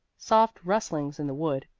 soft rustlings in the wood,